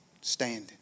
standing